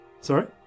Sorry